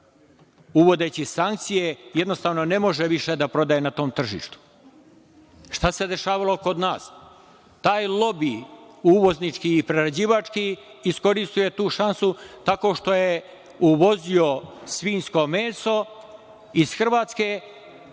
uvodeći sankcije, jednostavno ne može više da prodaje na tom tržištu. Šta se dešavalo kod nas? Taj lobi uvoznički i prerađivački iskoristio je tu šansu tako što je uvozio svinjsko meso iz Hrvatske,